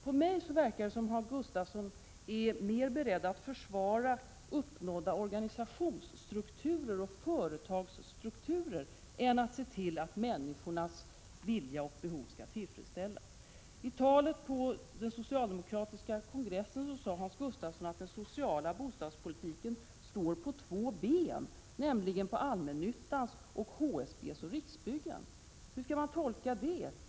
På mig verkar det som om Hans Gustafsson är mer beredd att försvara uppnådda organisationsstrukturer och företagsstrukturer än att se till att människornas vilja och behov skall tillfredsställas. I talet på den socialdemokratiska kongressen sade Hans Gustafsson att den sociala bostadspolitiken står på två ben, nämligen på allmännyttans och HSB:s och Riksbyggens. Hur skall man tolka det?